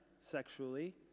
sexually